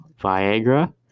viagra